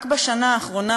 רק בשנה האחרונה,